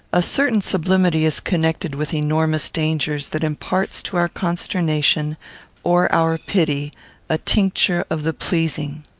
a certain sublimity is connected with enormous dangers that imparts to our consternation or our pity a tincture of the pleasing.